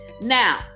Now